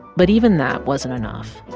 but even that wasn't enough.